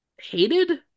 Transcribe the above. Hated